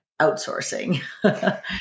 outsourcing